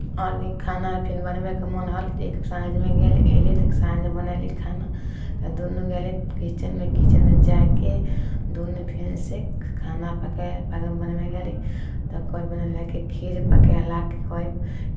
आओर भी खाना फेर बनबैके मोन होल तऽ साँझमे गेली अयली तऽ साँझमे बनयली खाना तऽ दुनू गेली किचनमे किचनमे जाए कऽ दुनू फेरसँ खाना पकाए बनबय गेली तऽ कोइ बनेलकै खीर पकयलक कोइ